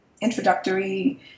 introductory